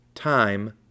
Time